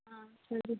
ಹಾಂ ಸರಿ